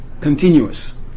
continuous